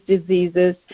diseases